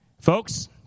Folks